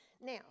now